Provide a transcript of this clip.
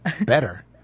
Better